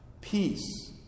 Peace